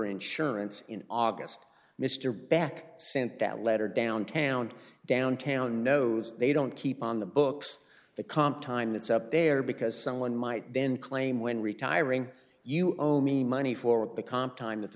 insurance in august mr back sent that letter downtown downtown knows they don't keep on the books the comp time that's up there because someone might then claim when retiring you owe me money for the comp time